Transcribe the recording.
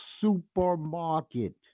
supermarket